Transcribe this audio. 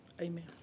Amen